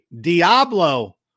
Diablo